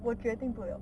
我决定不了